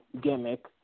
gimmick